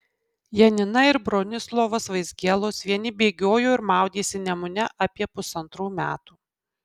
janina ir bronislovas vaizgielos vieni bėgiojo ir maudėsi nemune apie pusantrų metų